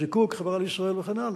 בתי-הזיקוק, "החברה לישראל" וכן הלאה.